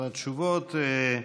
על התשובות.